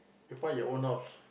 you find your own house